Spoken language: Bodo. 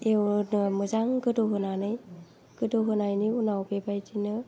एवदो मोजां गोदौहोनानै गोदौ होनायनि उनाव बेबायदिनो